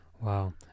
Wow